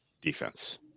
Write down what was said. defense